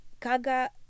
kaga